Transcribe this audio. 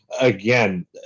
again